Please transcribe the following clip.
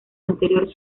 anterior